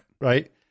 Right